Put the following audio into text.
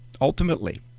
ultimately